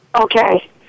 Okay